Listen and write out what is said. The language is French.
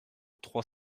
trois